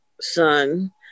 son